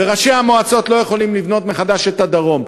וראשי המועצות לא יכולים לבנות מחדש את הדרום.